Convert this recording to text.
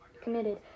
committed